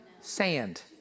Sand